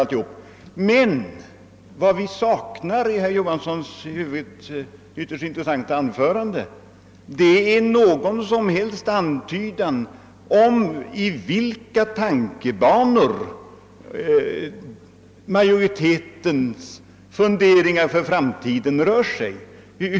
Någonting som vi saknade i herr Johanssons i övrigt ytterst intressanta anförande var däremot någon antydan om i vilka banor majoritetens funderingar om framtiden rör sig.